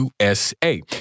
USA